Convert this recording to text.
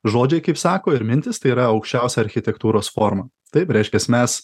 žodžiai kaip sako ir mintys tai yra aukščiausia architektūros forma taip reiškiasi mes